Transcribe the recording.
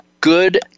Good